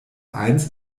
eins